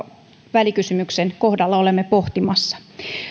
välikysymyksen kohdalla olemme pohtimassa